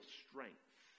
strength